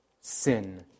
sin